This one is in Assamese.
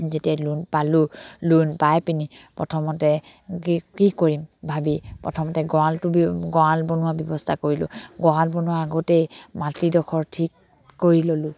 যেতিয়া লোণ পালোঁ লোণ পাই পিনি প্ৰথমতে কি কি কৰিম ভাবি প্ৰথমতে গঁৰালটো গঁৰাল বনোৱাৰ ব্যৱস্থা কৰিলোঁ গঁৰাল বনোৱাৰ আগতেই মাটিডোখৰ ঠিক কৰি ল'লোঁ